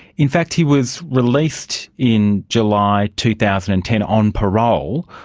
in fact he was released in july two thousand and ten on parole.